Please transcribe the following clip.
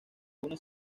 une